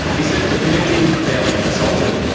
he says the community was barely consulted.